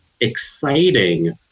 exciting